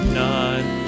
none